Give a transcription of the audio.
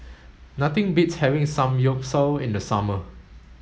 nothing beats having Samgyeopsal in the summer